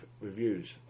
reviews